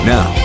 Now